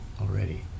already